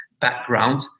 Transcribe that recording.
background